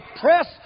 press